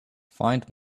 find